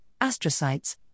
astrocytes